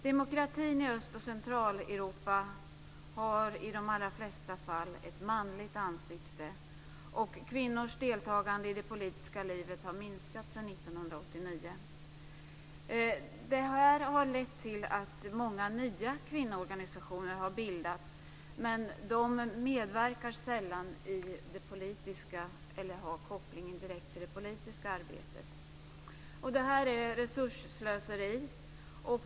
Demokratin i Öst och Centraleuropa har i de allra flesta fall ett manligt ansikte, och kvinnors deltagande i det politiska livet har minskat sedan 1989. Det här har lett till att många nya kvinnoorganisationer har bildats, men de medverkar sällan i det politiska eller har sällan koppling direkt till det politiska arbetet. Det här är resursslöseri.